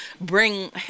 bring